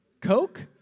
Coke